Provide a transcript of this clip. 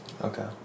Okay